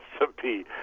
recipe